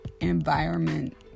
environment